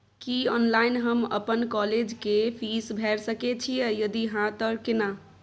की online हम अपन college के फीस भैर सके छि यदि हाँ त केना?